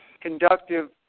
conductive